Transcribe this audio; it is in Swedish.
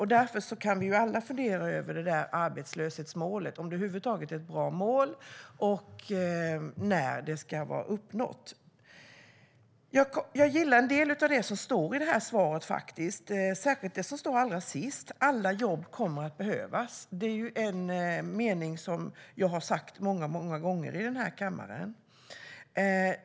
Vi kan alla fundera över det där arbetslöshetsmålet - om det över huvud taget är ett bra mål och när det ska vara uppnått. Jag gillar en del av det som arbetsmarknadsministern sa i interpellationssvaret, särskilt det allra sista: "Alla jobb kommer att behövas." Det är en mening som jag har sagt många gånger i den här kammaren.